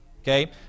Okay